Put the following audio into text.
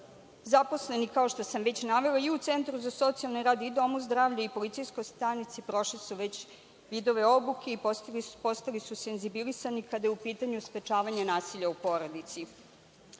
nedelji. Zaposleni i u Centru za socijalni rad i domu zdravlja i policijskoj stanici prošli su već vidove obuke i postali su senzibilisani kada je u pitanju sprečavanje nasilja u porodici.U